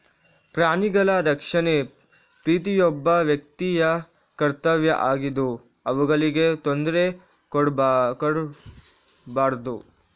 ಪ್ರಾಣಿಗಳ ರಕ್ಷಣೆ ಪ್ರತಿಯೊಬ್ಬ ವ್ಯಕ್ತಿಯ ಕರ್ತವ್ಯ ಆಗಿದ್ದು ಅವುಗಳಿಗೆ ತೊಂದ್ರೆ ಕೊಡ್ಬಾರ್ದು